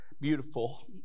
beautiful